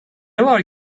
var